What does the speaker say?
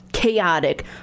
chaotic